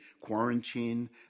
quarantine